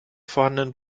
vorhandenen